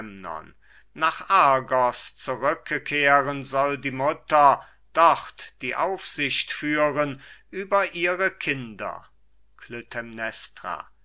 nach argos zurückkehren soll die mutter dort die aufsicht führen über ihre kinder